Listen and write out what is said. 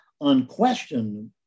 unquestioned